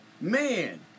Man